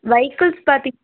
vehicles பார்த்திங்